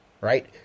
right